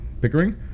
Pickering